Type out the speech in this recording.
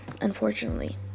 Unfortunately